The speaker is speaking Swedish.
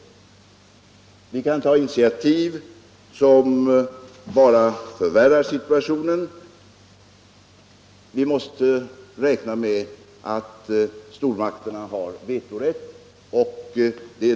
Det finns också risk för att vi kan ta initiativ som bara förvärrar situationen, och vi måste vidare räkna med att stormakterna har vetorätt.